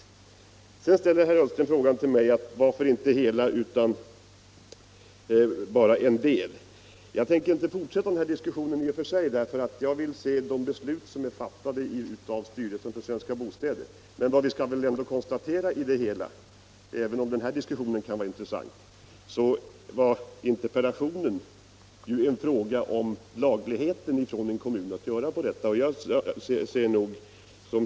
Herr Ullsten frågar mig varför inte hela utan bara en del av Enskededalen enligt en tidningsartikel inte upphandlas i konkurrens. Jag tänker inte fortsätta den här diskussionen, jag vill först se det beslut som fattas av styrelsen för Svenska Bostäder. Även om den här diskussionen kan vara intressant måste vi konstatera att interpellationen var en fråga om lagligheten i det sätt, på vilket fastighetsnämnden i Stockholm har handlat.